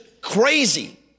crazy